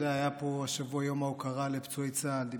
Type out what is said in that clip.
היה פה השבוע יום הוקרה לפצועי צה"ל.